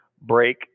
break